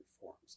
forms